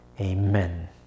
Amen